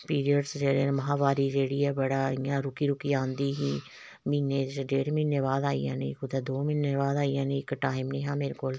periods जेह्ड़े न महाबारी जेह्ड़ी ऐ बड़ा इ'यां रुकी रुकी औंदी ही म्हीने च डेढ़ म्हीने बाद आई जानी कुतै दो म्हीने बाद आई जानी इक टाइम नेईं हा मेरे कोल